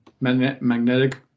Magnetic